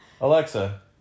Alexa